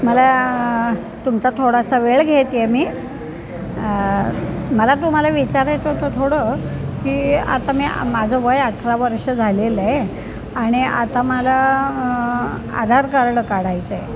मला तुमचा थोडासा वेळ घेते आहे मी मला तुम्हाला विचारायचं होतं थोडं की आता मी माझं वय अठरा वर्ष झालेलं आहे आणि आता मला आधार कार्ड काढायचं आहे